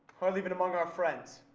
hardly even among our friends.